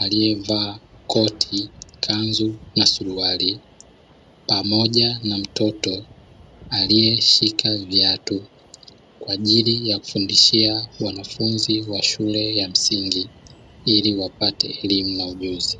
yaliyevaa koti, kanzu na suruali, pamoja na mtoto aliyeshika viatu kwaajili ya kufundishia wanafunzi wa shule ya msingi iliwapate elimu na ujuzi.